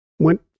Went